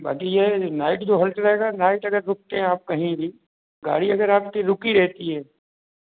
बाक़ी यह नाइट जो हॉल्ट रहेगा नाइट अगर रुक कर आप कहीं भी गाड़ी अगर आपकी रुकी रहती है